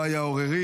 לא היה עוררין,